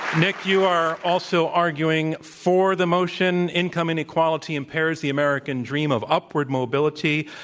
nick, you are also arguing for the motion, income inequality impairs the american dream of upward mobility.